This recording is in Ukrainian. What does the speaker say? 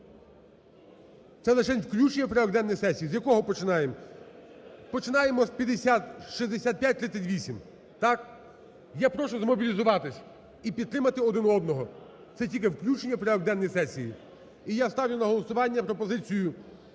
Це лишень включення в порядок денний сесії. З якого починаємо? Починаємо з 6538, так? Я прошу змобілізуватись і підтримати один одного, це тільки включення в порядок денний сесії. І я ставлю на голосування пропозицію